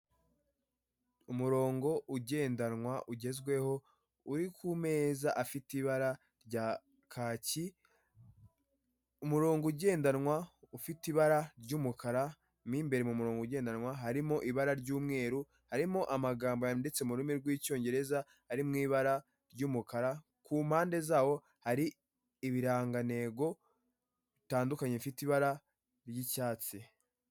Umurongo ugendanwa ugezweho uri ku meza afite ibara rya kaki, umurongo ugendanwa ufite ibara ry'umukara mu imbere mu murongo ugendanwa harimo ibara ry'umweru, harimo amagambo yanditse mu rurimi rw'icyongereza ari mu ibara ry'umukara, ku mpande zawo hari ibirangantego bitandukanye bifite ibara ry'icyatsi.